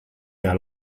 vers